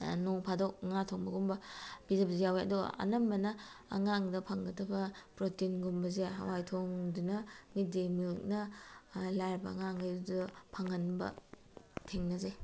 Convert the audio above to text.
ꯅꯣꯡꯐꯥꯗꯣꯛ ꯉꯥ ꯊꯣꯡꯕꯒꯨꯝꯕ ꯄꯤꯖꯕꯁꯨ ꯌꯥꯎꯏ ꯑꯗꯨꯒ ꯑꯅꯝꯕꯅ ꯑꯉꯥꯡꯗ ꯐꯪꯒꯗꯕ ꯄ꯭ꯔꯣꯇꯤꯟꯒꯨꯝꯕꯁꯦ ꯍꯋꯥꯏ ꯊꯣꯡꯗꯨꯅ ꯃꯤꯠ ꯗꯦ ꯃꯤꯜꯅ ꯂꯥꯏꯔꯕ ꯑꯉꯥꯡꯉꯩꯗ ꯐꯪꯉꯟꯕ ꯊꯦꯡꯅꯖꯩ